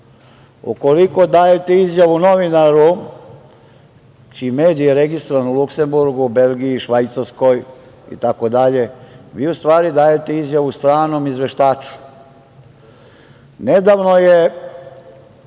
Ukoliko dajete izjavu novinaru čiji medij je registrovan u Luksemburgu, Belgiji, Švajcarskoj, itd, vi u stvari dajete izjavu stranom izveštaču. Nedavno je